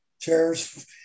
chairs